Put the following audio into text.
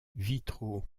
vitraux